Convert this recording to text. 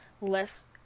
less